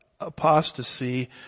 apostasy